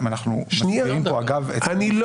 אני לא